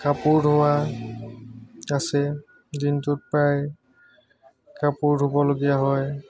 কাপোৰ ধোৱা আছে দিনটোত প্ৰায় কাপোৰ ধুবলগীয়া হয়